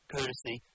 courtesy